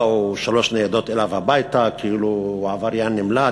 באו שלוש ניידות אליו הביתה כאילו הוא עבריין נמלט,